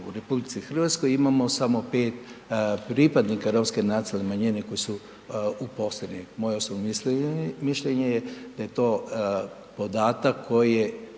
u RH, imamo samo 5 pripadnika romske nacionalne manjine koji su uposleni. Moje osobno mišljenje je da je to podatak koji je